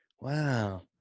Wow